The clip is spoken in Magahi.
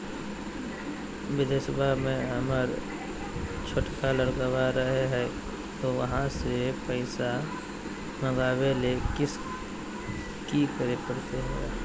बिदेशवा में हमर छोटका लडकवा रहे हय तो वहाँ से पैसा मगाबे ले कि करे परते हमरा?